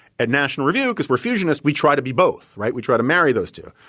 at national review, because we're fusionists, we try to be both, right? we try to marry those two.